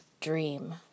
dream